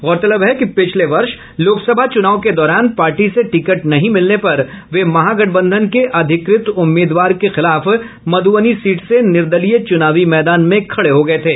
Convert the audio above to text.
गौरतलब है कि पिछले वर्ष लोकसभा चुनाव के दौरान पार्टी से टिकट नहीं मिलने पर वे महागठबंधन के अधिकृत उम्मीदवार के खिलाफ मधुबनी सीट से निर्दलीय चुनावी मैदान में खड़े हुए थे